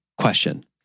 question